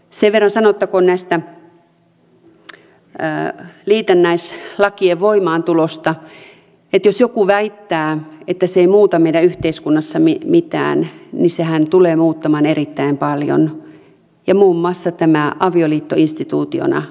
sen verran sanottakoon näiden liitännäislakien voimaantulosta että jos joku väittää että se ei muuta meidän yhteiskunnassamme mitään niin sehän tulee muuttamaan erittäin paljon ja muun muassa romuttaa avioliiton instituutiona